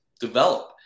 develop